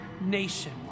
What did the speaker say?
nation